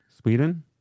Sweden